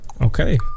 okay